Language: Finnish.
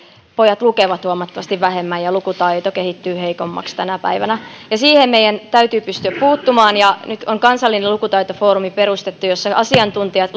pojat lukevat huomattavasti vähemmän ja lukutaito kehittyy heikommaksi tänä päivänä siihen meidän täytyy pystyä puuttumaan ja nyt on perustettu kansallinen lukutaitofoorumi jossa asiantuntijat